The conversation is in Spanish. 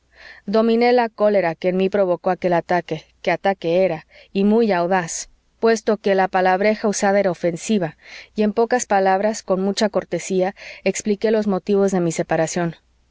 dominé la cólera que en mí provocó aquel ataque que ataque era y muy audaz puesto que la palabreja usada era ofensiva y en pocas palabras con mucha cortesía expliqué los motivos de mi separación